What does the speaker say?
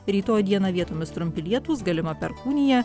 rytoj dieną vietomis trumpi lietūs galima perkūnija